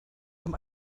dem